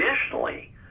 Additionally